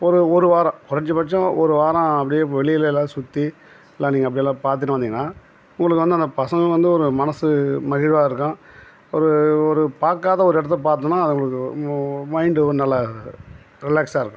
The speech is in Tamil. ஒரு ஒரு வாரம் குறைந்சபட்சம் ஒரு வாரம் அப்படியே வெளிலலாம் சுற்றி எல்லாம் நீங்கள் அப்படியெல்லாம் பார்த்துட்டு வந்தீங்கனா உங்களுக்கு வந்து அந்த பசங்களுக்கு வந்து ஒரு மனசு மகிழ்வாக இருக்கும் ஒரு ஒரு பார்க்காத ஒரு இடத்தை பார்த்தோனா அது உங்களுக்கு மைண்டு நல்லா ரிலாக்ஸாக இருக்கும்